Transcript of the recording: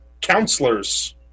counselors